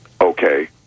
Okay